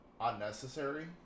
unnecessary